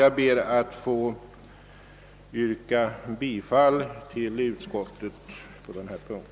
Jag ber att få yrka bifall till utskottets förslag i denna punkt.